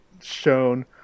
shown